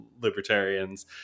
libertarians